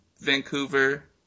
Vancouver